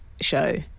show